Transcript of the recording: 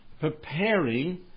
preparing